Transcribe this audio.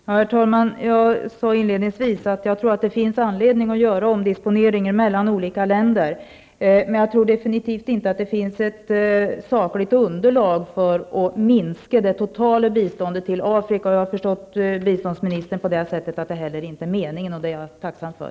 Herr talman! Jag sade inledningsvis att jag tror att det finns anledning att göra omdisponeringar mellan olika länder. Men jag tror definitivt inte att det finns sakligt underlag för att minska det totala biståndet till Afrika. Jag har förstått biståndsministern på det sättet att det inte heller är meningen. Det är jag tacksam för.